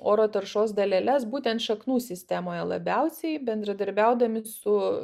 oro taršos daleles būtent šaknų sistemoje labiausiai bendradarbiaudami su